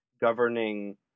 governing